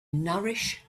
nourish